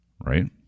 right